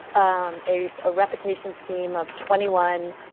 um a ah reputation scheme of twenty one,